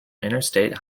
interstate